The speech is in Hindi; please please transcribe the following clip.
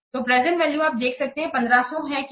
तो प्रेजेंट वैल्यू आप देख सकते हैं 1500 है क्या